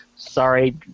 Sorry